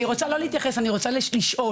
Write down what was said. אני רוצה לא להתייחס, אני רוצה לשאול,